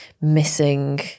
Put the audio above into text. missing